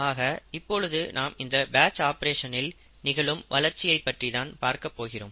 ஆக இப்பொழுது நாம் இந்த பேட்ச் ஆப்பரேஷனில் நிகழும் வளர்ச்சியைப் பற்றி தான் பார்க்கப் போகிறோம்